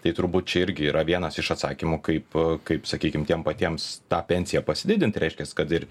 tai turbūt čia irgi yra vienas iš atsakymų kaip kaip sakykim tiem patiems tą pensiją pasididint tai reiškiasi kad ir